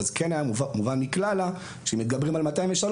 כן היה מובן שכשמדברים על סעיף 203,